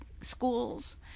schools